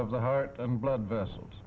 of the heart and blood vessels